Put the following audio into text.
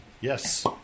Yes